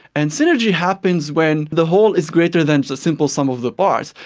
and synergy happens when the whole is greater than just a simple sum of the parts.